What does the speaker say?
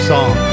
Song